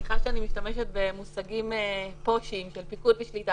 סליחה שאני משתמשת במושגים של פיקוד ושליטה,